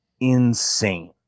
insane